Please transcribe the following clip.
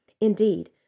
Indeed